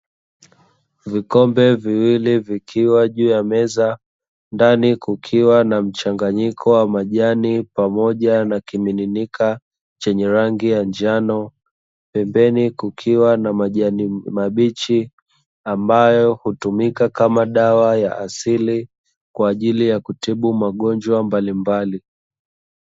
Vikombe viwili vikiwa juu ya meza, ndani kukiwa na mchanganyiko wa majani pamoja na kimiminika chenye rangi ya njano, pembeni kukiwa na majani mabichi, ambayo hutumika kama dawa ya asili, kwa ajili ya kutibu magonjwa mbalimbali.